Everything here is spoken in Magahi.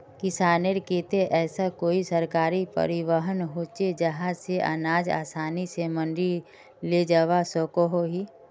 किसानेर केते ऐसा कोई सरकारी परिवहन होचे जहा से अनाज आसानी से मंडी लेजवा सकोहो ही?